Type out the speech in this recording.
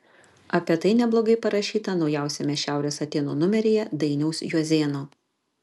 apie tai neblogai parašyta naujausiame šiaurės atėnų numeryje dainiaus juozėno